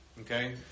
Okay